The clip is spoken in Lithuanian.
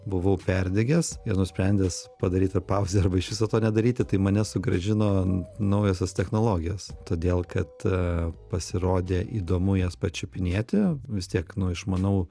buvau perdegęs ir nusprendęs padaryt tą pauzę arba iš viso to nedaryti tai mane sugrąžino naujosios technologijos todėl kad pasirodė įdomu jas pačiupinėti vis tiek nu išmanau